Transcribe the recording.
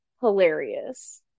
hilarious